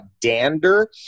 dander